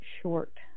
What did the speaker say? short